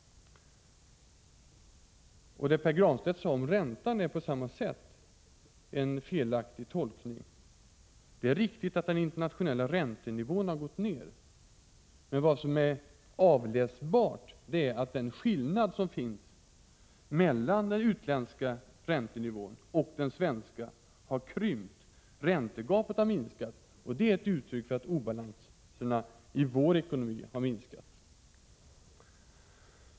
Det Pär Granstedt sade om räntan är på samma sätt en felaktig tolkning. Det är riktigt att den internationella räntenivån har gått ned. Men vad som är avläsbart är att den skillnad som finns mellan den utländska räntenivån och den svenska har krympt. Räntegapet har minskat, och det är ett uttryck för att obalanserna i vår ekonomi har minskat.